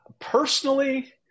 personally –